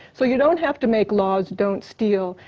so you don't have to make laws don't steal.